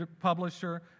publisher